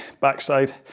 backside